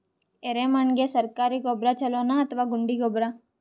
ಎರೆಮಣ್ ಗೆ ಸರ್ಕಾರಿ ಗೊಬ್ಬರ ಛೂಲೊ ನಾ ಅಥವಾ ಗುಂಡಿ ಗೊಬ್ಬರ?